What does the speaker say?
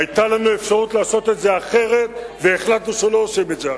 היתה לנו אפשרות לעשות את זה אחרת והחלטנו שלא עושים את זה אחרת.